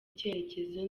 icyerekezo